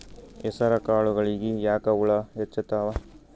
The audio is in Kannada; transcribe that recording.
ಹೆಸರ ಕಾಳುಗಳಿಗಿ ಯಾಕ ಹುಳ ಹೆಚ್ಚಾತವ?